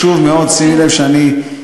זה חשוב מאוד, שימי לב שאני הקפדתי.